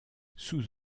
sous